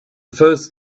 first